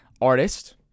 artist